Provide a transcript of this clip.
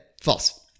False